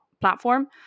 platform